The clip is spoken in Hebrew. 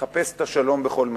לחפש את השלום בכל מחיר.